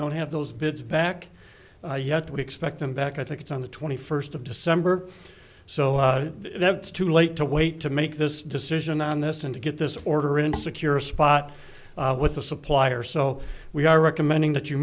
don't have those bids back yet we expect them back i think it's on the twenty first of december so it's too late to wait to make this decision on this and to get this order and secure a spot with the supplier so we are recommending that you